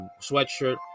sweatshirt